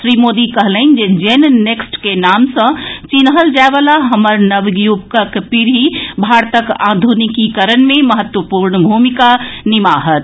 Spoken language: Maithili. श्री मोदी कहलनि जे जेन नेक्स्ट के नाम सॅ चिन्हल जायवला हमर नवयुवकक पीढ़ी भारतक आधुनिकीकरण मे महत्वपूर्ण भूमिका निमाहत